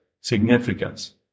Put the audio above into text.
significance